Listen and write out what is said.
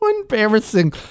embarrassing